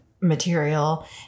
material